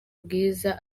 bwiza